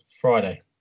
Friday